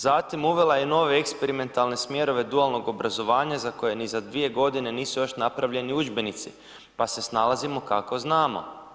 Zatim, uvela je nove eksperimentalne smjerove dualnog obrazovanja za koje ni za dvije godine nisu još napravljeni udžbenici pa se snalazimo kako znamo.